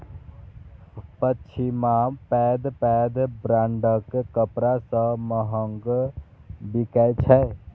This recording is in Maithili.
पश्मीना पैघ पैघ ब्रांडक कपड़ा सं महग बिकै छै